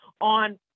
on